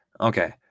Okay